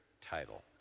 title